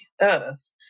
earth